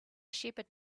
shepherd